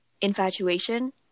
infatuation